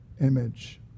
image